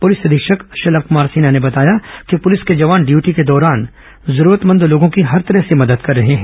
police अधीक्षक शलभ कमार सिन्हा ने बताया कि पुलिस के जवान ड्यूटी के दौरान जरूरतमंद लोगों की हर तरह से मदद कर रहे हैं